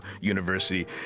University